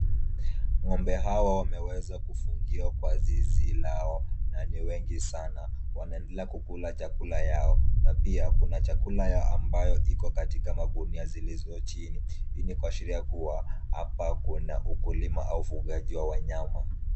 Ng'ombe hawa wameweza kufungiwa kwa zizi lao na ni wengi sana. Wanaendelea kukula chakula yao na pia kuna chakula yao ambayo iko katika magunia zilizo chini. Hii ni kuashiria kuwa hapa kuna ukulima au ufugaji wa wanyama.